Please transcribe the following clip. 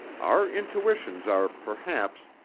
our intuitions are, perhaps,